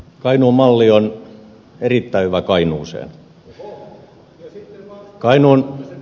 kainuun malli on erittäin hyvä kainuuseen